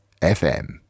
FM